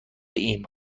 ایم